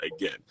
again